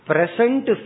Present